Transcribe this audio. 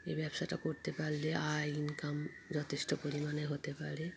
এই ব্যবসাটা করতে পারলে আ ইনকাম যথেষ্ট পরিমাণে হতে পারে